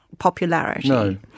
popularity